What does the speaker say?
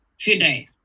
today